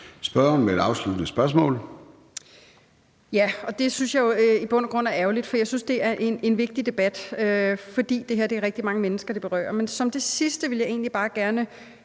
Spørgeren med et afsluttende spørgsmål. Kl. 13:20 Mette Thiesen (DF): Det synes jeg jo i bund og grund er ærgerligt, for jeg synes, det er en vigtig debat, fordi det her berører rigtig mange mennesker. Men som det sidste vil jeg egentlig bare gerne